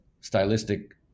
stylistic